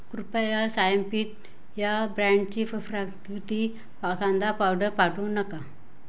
कृपया सायम्पीट या ब्रँडची फ प्राकृतीक पा कांदा पावडर पाठवू नका